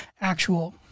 actual